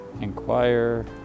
inquire